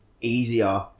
easier